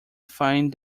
find